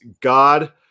God